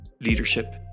leadership